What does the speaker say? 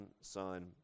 son